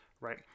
right